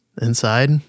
inside